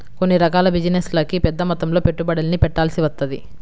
కొన్ని రకాల బిజినెస్లకి పెద్దమొత్తంలో పెట్టుబడుల్ని పెట్టాల్సి వత్తది